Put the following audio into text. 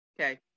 Okay